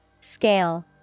Scale